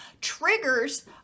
triggers